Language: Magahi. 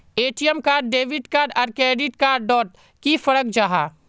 ए.टी.एम कार्ड डेबिट कार्ड आर क्रेडिट कार्ड डोट की फरक जाहा?